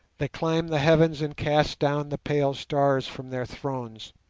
they climb the heavens and cast down the pale stars from their thrones